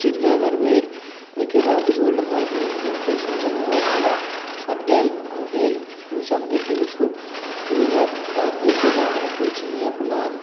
चिड़िआँघर भेल ओहिके बाद गोलघर भेल बहुते अइसन जगह हइ हवाइअड्डा भेल ओसब देखैके खूब मिलत तऽ ओहिके बाद बतबै छी जे अपना